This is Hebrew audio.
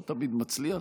זה לא תמיד מצליח,